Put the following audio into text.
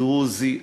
דרוזי,